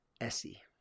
Essie